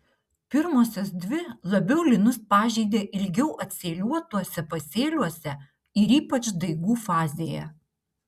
pirmosios dvi labiau linus pažeidė ilgiau atsėliuotuose pasėliuose ir ypač daigų fazėje